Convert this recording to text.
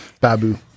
babu